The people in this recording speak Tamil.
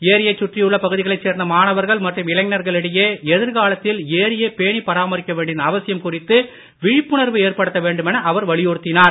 ஏரியைச் சுற்றியுள்ள பகுதிகளைச் சேர்ந்த மாணவர்கள் மற்றும் இளைஞர்களிடையே எதிர்காலத்தில் ஏரியைப் பேணிப் பராமரிக்க வேண்டியதன் அவசியம் குறித்து விழிப்புணர்வு ஏற்படுத்த வேண்டுமென அவர் வலியுறுத்தினார்